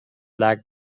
lack